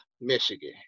Michigan